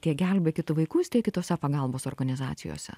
tiek gelbėkit vaikus tiek kitose pagalbos organizacijose